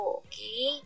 okay